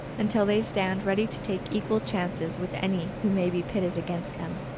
until they stand ready to take equal chances with any who may be pitted against them.